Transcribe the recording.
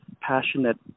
passionate